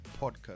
podcast